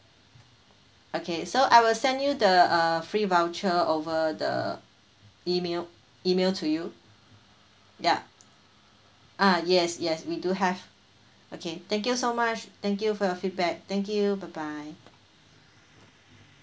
okay so I will send you the uh free voucher over the email email to you yeah ah yes yes we do have okay thank you so much thank you for your feedback thank you bye bye